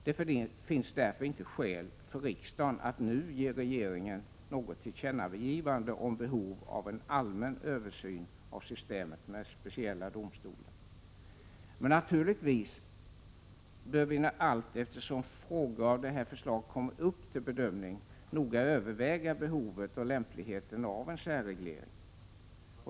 Det finns därför inte skäl för riksdagen att nu ge regeringen något tillkännagivande om behov av en allmän översyn av systemet med speciella domstolar. Men naturligtvis bör vi allteftersom frågor av det här slaget kommer upp till bedömning noga överväga behovet och lämpligheten av en särreglering.